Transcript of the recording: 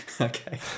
Okay